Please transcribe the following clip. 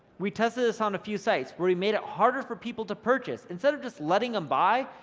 we tested this on a few sites, where he made it harder for people to purchase. instead of just letting em buy,